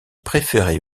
préférait